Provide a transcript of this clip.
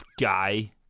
Guy